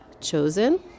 chosen